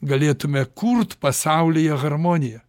galėtume kurt pasaulyje harmoniją